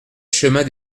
chemin